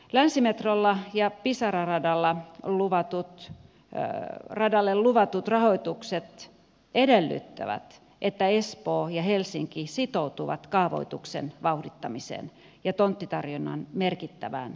länsimetrolle ja pisara radalle luvatut rahoitukset edellyttävät että espoo ja helsinki sitoutuvat kaavoituksen vauhdittamiseen ja tonttitarjonnan merkittävään lisäämiseen